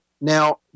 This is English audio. Now